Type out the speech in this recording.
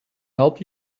help